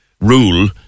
rule